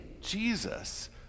Jesus